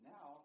Now